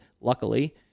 luckily